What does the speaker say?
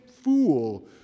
fool